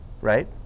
right